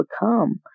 become